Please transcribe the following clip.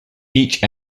each